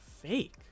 fake